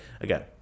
Again